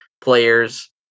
players